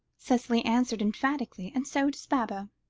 cicely answered emphatically, and so does baba.